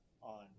on